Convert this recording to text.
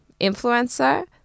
influencer